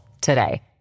today